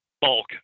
bulk